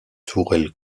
tourelle